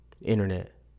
Internet